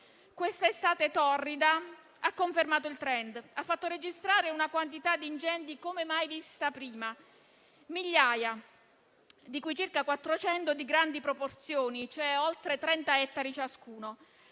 Questa estate torrida ha confermato il *trend* e ha fatto registrare una quantità di incendi mai vista prima: migliaia, di cui circa 400 di grandi proporzioni, cioè di oltre 30 ettari ciascuno.